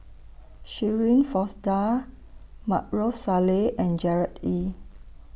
Shirin Fozdar Maarof Salleh and Gerard Ee